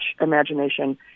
imagination